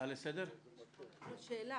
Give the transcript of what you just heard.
שאלה.